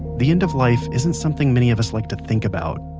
the end of life isn't something many of us like to think about,